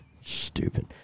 Stupid